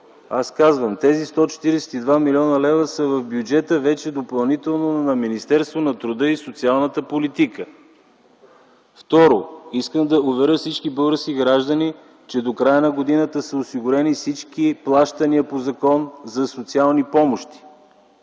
Аз казвам: тези 142 млн. лв. са вече допълнително в бюджета на Министерството на труда и социалната политика. Второ, искам да уверя всички български граждани, че до края на годината са осигурени всички плащания по Закона за социалните помощи.